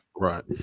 Right